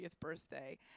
birthday